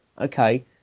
okay